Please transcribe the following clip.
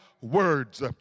words